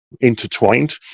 intertwined